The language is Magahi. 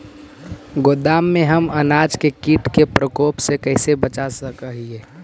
गोदाम में हम अनाज के किट के प्रकोप से कैसे बचा सक हिय?